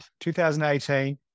2018